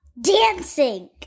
dancing